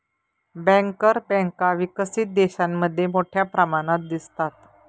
banker बँका विकसित देशांमध्ये मोठ्या प्रमाणात दिसतात